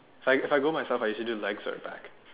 if I if I go myself I usually do legs or back